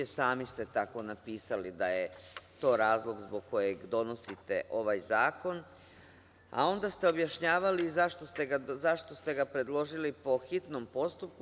Sami ste tako napisali da je to razlog zbog kojeg donosite ovaj zakon, a onda ste objašnjavali zašto ste ga predložili po hitnom postupku.